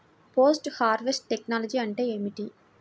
Post harvest technology అంటే ఏమిటి?